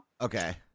Okay